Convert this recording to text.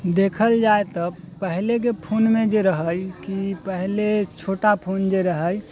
देखल जाइ तऽ पहिलेके फोनमे जे रहै कि पहिले छोटा फोन जे रहै